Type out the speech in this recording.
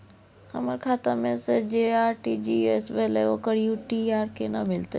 हमर खाता से जे आर.टी.जी एस भेलै ओकर यू.टी.आर केना मिलतै?